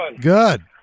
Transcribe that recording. Good